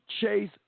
chase